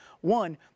One